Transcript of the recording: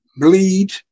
bleed